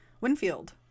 Winfield